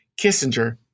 Kissinger